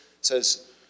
says